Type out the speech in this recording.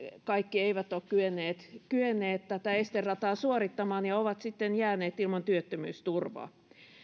kaikki eivät ole kyenneet kyenneet tätä esterataa suorittamaan ja ovat sitten jääneet ilman työttömyysturvaa